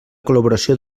col·laboració